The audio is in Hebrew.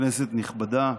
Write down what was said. כנסת נכבדה,